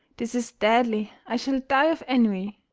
this is deadly! i shall die of ennui.